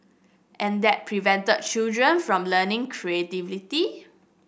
and that prevented children from learning creatively